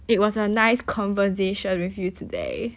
it was a nice conversation with you today